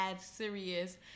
serious